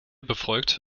befolgt